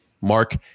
Mark